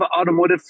automotive